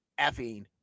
effing